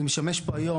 אני משמש פה היום,